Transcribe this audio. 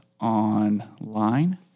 online